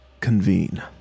convene